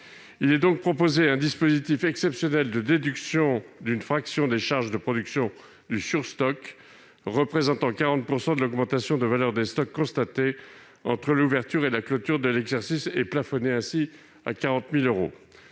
Il est donc proposé un dispositif exceptionnel de déduction d'une fraction des charges de production du surstock, représentant 40 % de l'augmentation de valeur des stocks constatée entre l'ouverture et la clôture de l'exercice, et plafonné à 40 000 euros.